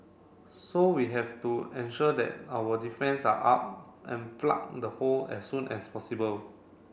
so we have to ensure that our defence are up and plug the hole as soon as possible